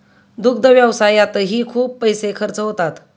दुग्ध व्यवसायातही खूप पैसे खर्च होतात